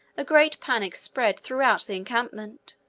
a great panic spread throughout the encampment.